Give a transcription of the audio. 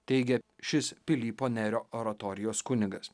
teigia šis pilypo nerio oratorijos kunigas